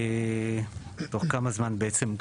תוך כמה זמן בעצם,